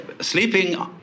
Sleeping